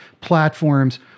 platforms